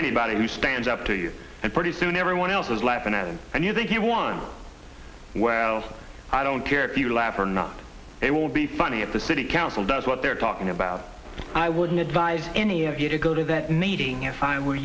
anybody who stands up to you and pretty soon everyone else is laughing at him and you think you won well i don't care if you laugh or not it will be funny if the city council does what they're talking about i wouldn't advise any of you to go to that meeting if i were